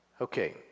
Okay